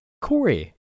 Corey